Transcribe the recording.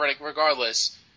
regardless